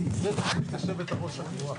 אם זה ברור אז זה ברור.